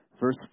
verse